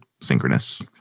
synchronous